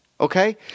Okay